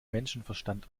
menschenverstand